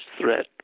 threat